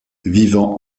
vivant